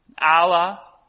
Allah